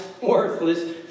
Worthless